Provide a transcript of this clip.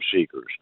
seekers